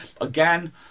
Again